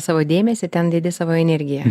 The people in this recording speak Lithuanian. savo dėmesį ten dedi savo energiją